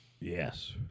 Yes